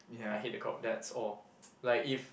I hate the crowd that's all like if